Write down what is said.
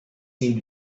seem